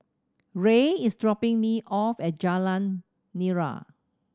Ray is dropping me off at Jalan Nira